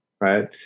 right